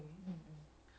right